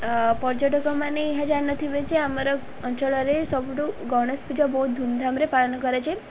ପର୍ଯ୍ୟଟକମାନେ ଏହା ଜାଣିନଥିବେ ଯେ ଆମର ଅଞ୍ଚଳରେ ସବୁଠୁ ଗଣେଶ ପୂଜା ବହୁତ ଧୁମଧାମରେ ପାଳନ କରାଯାଏ